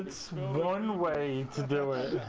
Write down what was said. ah one way to do in